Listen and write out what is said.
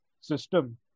system